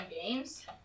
games